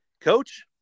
coach